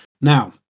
Now